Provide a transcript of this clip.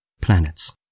planets